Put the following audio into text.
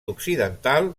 occidental